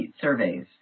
surveys